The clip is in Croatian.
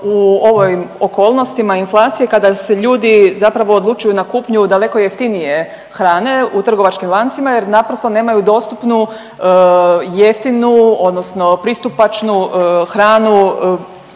u ovim okolnostima inflacije kada se ljudi zapravo odlučuju na kupnju daleko jeftinije hrane u trgovačkim lancima jer naprosto nemaju dostupnu jeftinu odnosno pristupačnu hranu,